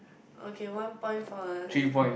okay one point for a